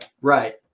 right